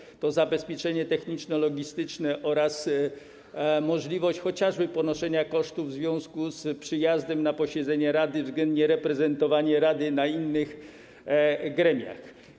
Chodzi o to zabezpieczenie techniczno-logistyczne oraz możliwość chociażby ponoszenia kosztów w związku z przyjazdem na posiedzenie rady, względnie reprezentowanie rady na innych gremiach.